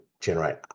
generate